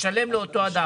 לשלם לאותו אדם.